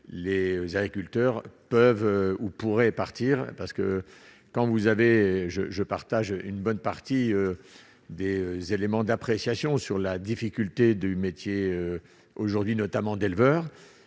les agriculteurs peuvent ou pourraient partir parce que quand vous avez je je partage une bonne partie des éléments d'appréciation sur la difficulté du métier aujourd'hui notamment d'éleveurs